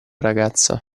ragazza